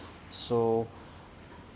so